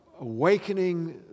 awakening